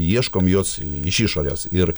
ieškom jos iš išorės ir